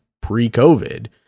pre-covid